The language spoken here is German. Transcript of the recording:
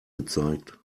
gezeigt